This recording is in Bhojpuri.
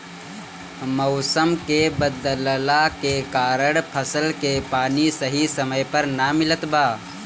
मउसम के बदलला के कारण फसल के पानी सही समय पर ना मिलत बा